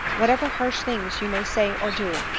whatever harsh things you may say or do,